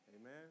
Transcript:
Amen